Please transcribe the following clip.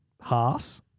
Haas